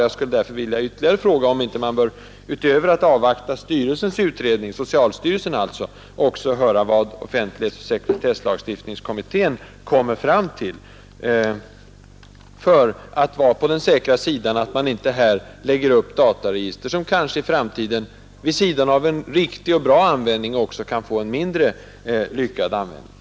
Jag vill därför fråga, om man inte bör — utöver att avvakta socialstyrelsens utredning — också höra vad offentlighetsoch sekretesslagstiftningskommittén kommer fram till, så att vi inte får ett dataregister, som i framtiden vid sidan av en riktig och bra användning kanske också kan få en mindre lyckad användning.